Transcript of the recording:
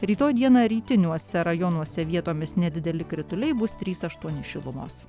rytoj dieną rytiniuose rajonuose vietomis nedideli krituliai bus trys aštuoni šilumos